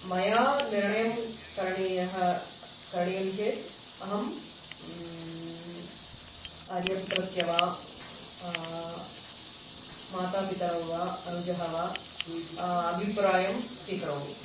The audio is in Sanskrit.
मया निर्णयं करणीयः करणीयं चेत् अहम् आर्यपुत्रस्य वा मातापितरौ वा अनुजः वा अभिप्रायं स्वीकरोमि